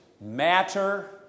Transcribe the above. matter